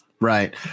right